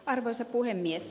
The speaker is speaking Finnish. arvoisa puhemies